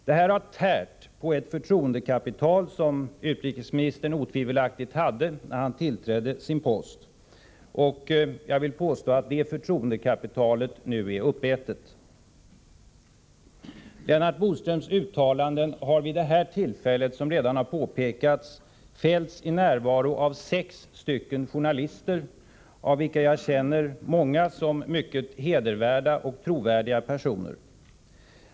Detta har tärt på ett förtroendekapital som utrikesministern otvivelaktigt hade när han tillträdde sin post, och jag vill påstå att det förtroendekapitalet nu är uppätet. Lennart Bodströms uttalanden har vid detta tillfälle, som redan har påpekats, fällts i närvaro av sex journalister, av vilka jag känner många som mycket hedervärda och trovärdiga personer.